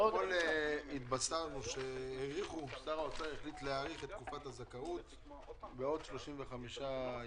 אתמול התבשרנו ששר האוצר החליט להאריך את תקופת הזכאות בעוד 35 ימים.